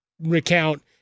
recount